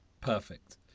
perfect